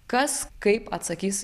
kas kaip atsakys